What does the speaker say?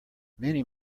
many